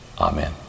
Amen